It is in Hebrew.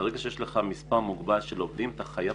ברגע שיש לך מספר מוגבל של עובדים אתה חייב